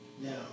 Now